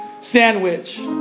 Sandwich